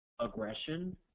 aggression